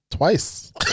Twice